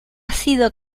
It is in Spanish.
sido